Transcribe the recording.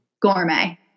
gourmet